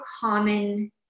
common